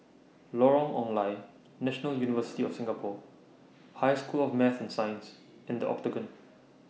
Lorong Ong Lye National University of Singapore High School of Math and Science and The Octagon